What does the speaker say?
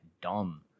dumb